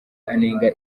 anenga